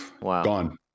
gone